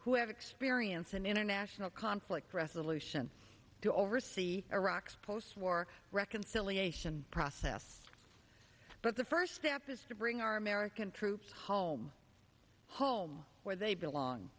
who have experience in international conflict resolution to oversee iraq's post war reconciliation process but the first step is to bring our american troops home home where they belong